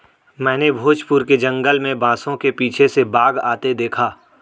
मैंने भोजपुर के जंगल में बांसों के पीछे से बाघ आते देखा